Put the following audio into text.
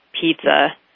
pizza